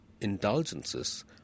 indulgences